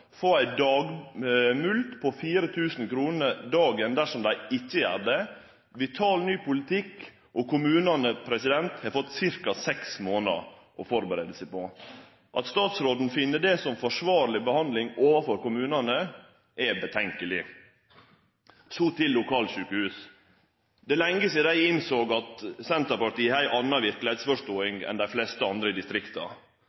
få ei dagmulkt på 4 000 kr dersom dei ikkje gjer det – vital, ny politikk – og kommunane har fått ca. seks månader å førebu seg på. At statsråden finn det som forsvarleg behandling overfor kommunane, er problematisk. Så til lokalsjukehus. Det er lenge sidan dei innsåg at Senterpartiet har ei anna